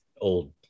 old